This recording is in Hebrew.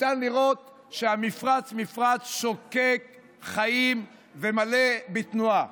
ניתן לראות שהמפרץ שוקק חיים ומלא בתנועה.